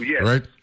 Right